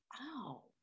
Wow